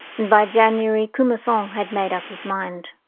and by january, commerson had made up his mind.